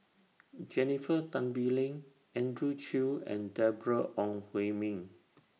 Jennifer Tan Bee Leng Andrew Chew and Deborah Ong Hui Min